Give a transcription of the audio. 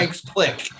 Click